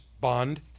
Bond